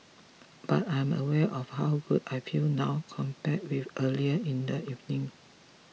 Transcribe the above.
but I am aware of how good I feel now compared with earlier in the evening